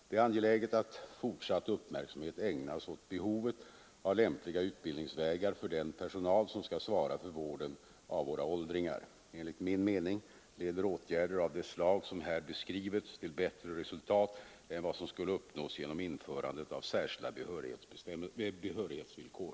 Det är angeläget att fortsatt uppmärksamhet ägnas åt behovet av lämpliga utbildningsvägar för den personal som skall svara för vården av våra åldringar. Enligt min mening leder åtgärder av det slag som här beskrivits till bättre resultat än vad som skulle uppnås genom införande av särskilda behörighetsvillkor.